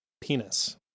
penis